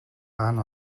хаана